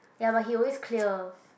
ya but he always clear